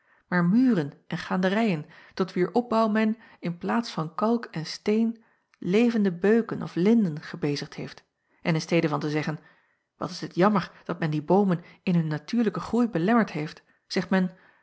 maar muren en gaanderijen tot wier opbouw men in plaats van kalk en steen levende beuken of linden gebezigd heeft en in stede van te zeggen wat is het jammer dat men die boomen in hun natuurlijken groei belemmerd heeft zegt men